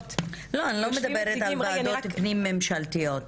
--- אני לא מדברת על ועדות פנים ממשלתיות,